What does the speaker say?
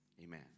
amen